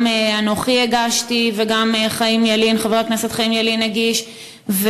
גם אנוכי הגשתי וגם חבר הכנסת חיים ילין הגיש,